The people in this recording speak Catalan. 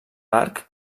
arc